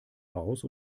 aus